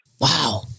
Wow